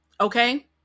okay